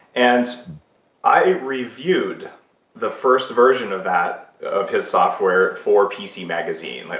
and i reviewed the first version of that, of his software for pc magazine.